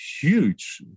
huge